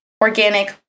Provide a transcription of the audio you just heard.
organic